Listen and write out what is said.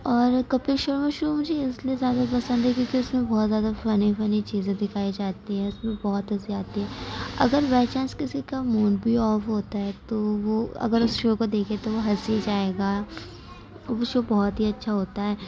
اور کپل شرما شو مجھے اس لیے زیادہ پسند ہے کیونکہ اس میں بہت زیادہ فنی فنی چیزیں دکھائی جاتی ہیں اس میں بہت ہنسی آتی ہے اگر بائی چانس کسی کا موڈ بھی آف ہوتا ہے تو وہ اگر اس شو کو دیکھے تو وہ ہنس ہی جائے گا وہ شو بہت ہی اچھا ہوتا ہے